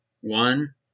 One